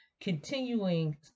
continuing